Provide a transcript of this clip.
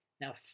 Now